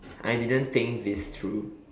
I didn't think this through